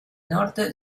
norte